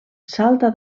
salta